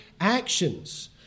actions